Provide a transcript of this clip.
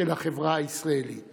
של החברה הישראלית